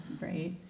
right